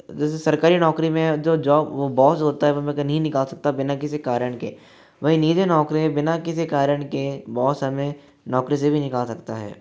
जैसे सरकारी नौकरी में जो जॉ बॉस होता है वो नहीं निकाल सकता बिना किसी कारण के वहीं निजी नौकरी में बिना किसी कारण के बॉस हमें नौकरी से भी निकाल सकता है